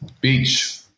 Beach